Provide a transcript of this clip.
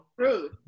True